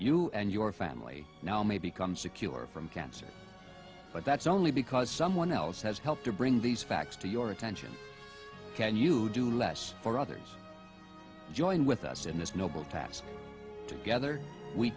you and your family now may become secure from cancer but that's only because someone else has helped to bring these facts to your attention can you do less for others join with us in th